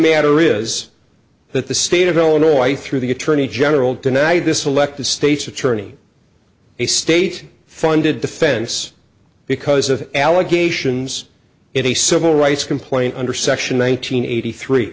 matter is that the state of illinois through the attorney general denied this select the state's attorney a state funded defense because of allegations in a civil rights complaint under section one nine hundred eighty three